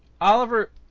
Oliver